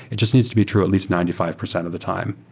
it just needs to be true at least ninety five percent of the time,